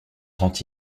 tant